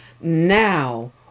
now